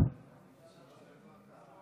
שלוש דקות